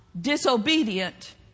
disobedient